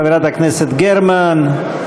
חברת הכנסת גרמן,